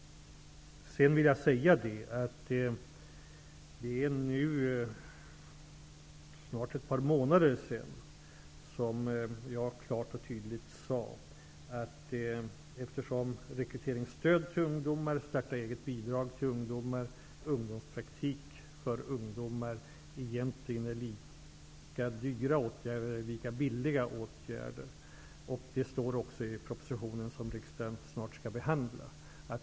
Det är nu snart ett par månader sedan, som jag klart och tydligt sade att rekryteringsstöd till ungdomar, starta-eget-bidrag till ungdomar och ungdomspraktik för ungdomar egentligen är lika dyra, eller lika billiga, åtgärder. Det står också i den proposition som riksdagen snart skall behandla.